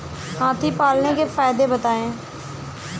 हाथी पालने के फायदे बताए?